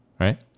Right